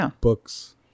books